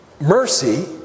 mercy